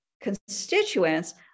constituents